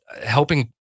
helping